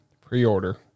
Pre-order